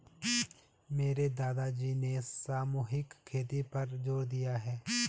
मेरे दादाजी ने सामूहिक खेती पर जोर दिया है